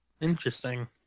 Interesting